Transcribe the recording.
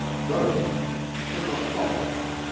and roland could not follow her,